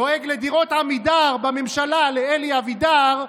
דואג לדירות עמידר בממשלה לאלי אבידר,